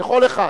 לכל אחד.